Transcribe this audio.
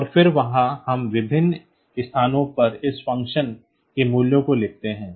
और फिर वहाँ हम विभिन्न स्थानों पर इस फ़ंक्शन के मूल्यों को लिखते हैं